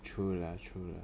true lah true lah